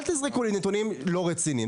אל תזרקו לי נתונים לא רציניים.